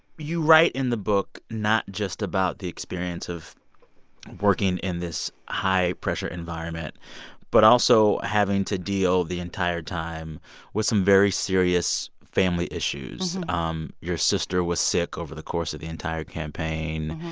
you write in the book not just about the experience of working in this high-pressure environment but also having to deal the entire time with some very serious family issues. um your sister was sick over the course of the entire campaign.